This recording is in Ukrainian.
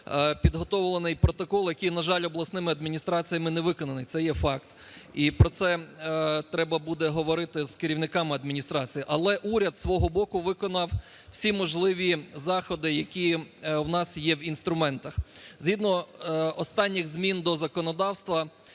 підготовлений протокол, який, на жаль, обласними адміністраціями не виконаний. Це є факт. І про це треба буде говорити з керівниками адміністрацій. Але уряд зі свого боку виконав всі можливі заходи, які в нас є в інструментах. Згідно останніх змін до законодавства